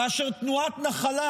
כאשר תנועת נחלה,